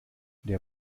der